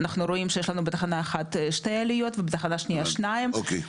אנחנו רואים שיש לנו בתחנה אחת שתי עליות ובתחנה שנייה אחת,